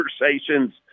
conversations